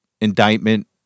indictment